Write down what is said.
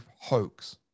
hoax